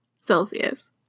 Celsius